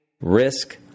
risk